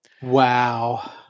Wow